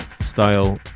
style